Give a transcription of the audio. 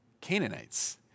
Canaanites